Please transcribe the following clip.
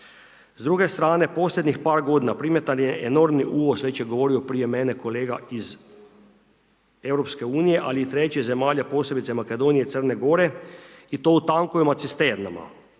S druge strane, posljednjih par g. primjetan je enormni uvoz, već je govorio prije mene, kolega iz EU, ali i trećih zemalja, posebice Makedonije, Crne Gore i to u tankoj macisternama,